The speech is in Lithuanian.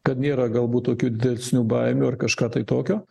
kad nėra galbūt tokių didesnių baimių ar kažką tai tokio